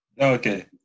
Okay